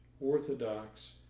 Orthodox